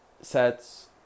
sets